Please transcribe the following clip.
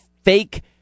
Fake